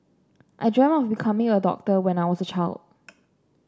I dreamt of becoming a doctor when I was a child